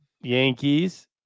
Yankees